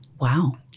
Wow